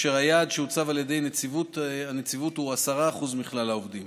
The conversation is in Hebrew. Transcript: והיעד שהוצב על ידי הנציבות הוא 10% מכלל העובדים.